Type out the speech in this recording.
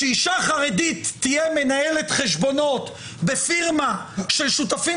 שאישה חרדית תהיה מנהלת חשבונות בפירמה של שותפים